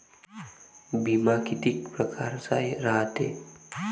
बिमा कितीक परकारचा रायते?